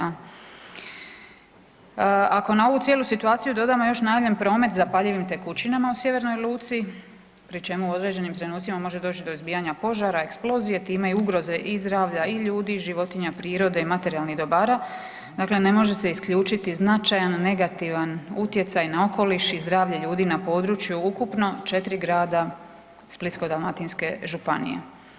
Ako na ovu cijelu situaciju dodamo još najavljen promet zapaljivim tekućima u sjevernoj luci, pri čemu u određenim trenucima može doć do izbijanja požara, eksplozije, time ugroze i zdravlja i ljudi i životinja, prirode, materijalnih dobara, dakle ne može se isključiti značajan negativan utjecaj na okoliš i zdravljen ljudi na području ukupno 4 grada Splitsko-dalmatinske županije.